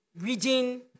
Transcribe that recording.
reading